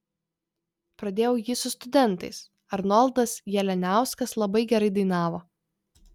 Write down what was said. pradėjau jį su studentais arnoldas jalianiauskas labai gerai dainavo